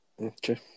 Okay